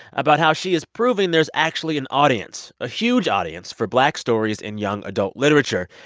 about how she has proven there's actually an audience, a huge audience, for black stories in young adult literature.